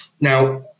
Now